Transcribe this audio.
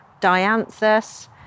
dianthus